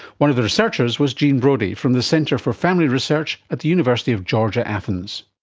one of the researchers was gene brody from the centre for family research at the university of georgia, athens.